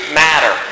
matter